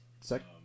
second